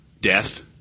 death